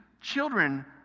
children